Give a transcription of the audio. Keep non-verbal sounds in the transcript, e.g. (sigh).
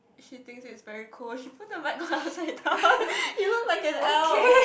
she think it's very cold she put the mic on upside down (laughs) you look like an elf